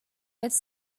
its